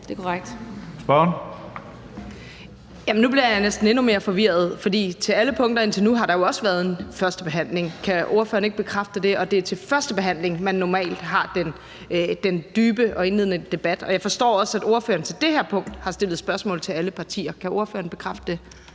13:21 Trine Bramsen (S): Jamen nu bliver jeg næsten endnu mere forvirret, for der har jo også været en første behandling alle de foregående punkter. Kan ordføreren ikke bekræfte det? Og det er til første behandling, man normalt har den dybe og indledende debat. Jeg forstår også, at ordføreren til det her punkt har stillet spørgsmål til alle partier. Kan ordføreren bekræfte det?